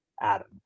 Adam